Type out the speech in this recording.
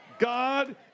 God